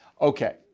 Okay